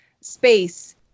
space